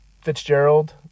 Fitzgerald